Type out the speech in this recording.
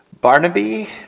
Barnaby